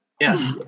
Yes